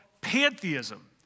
pantheism